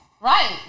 Right